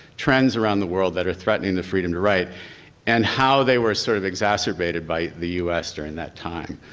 trends around the world that are threatening the freedom to write and how they were sort of exacerbated by the us during that time.